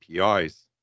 APIs